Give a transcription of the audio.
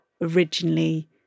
originally